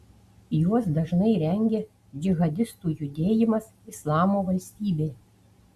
juos dažnai rengia džihadistų judėjimas islamo valstybė